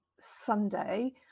Sunday